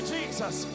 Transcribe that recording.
Jesus